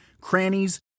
crannies